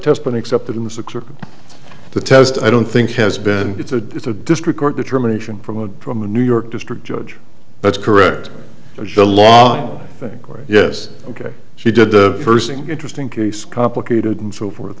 been accepted and six of the test i don't think has been it's a it's a district court determination from a drama new york district judge that's correct the law on think yes ok she did the first thing interesting case complicated and so forth